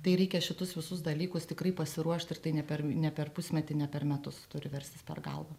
tai reikia šituos visus dalykus tikrai pasiruošti ir tai ne per ne per pusmetį ne per metus turi verstis per galvą